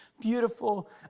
beautiful